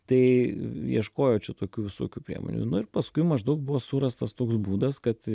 tai ieškojo čia tokių visokių priemonių nu ir paskui maždaug buvo surastas toks būdas kad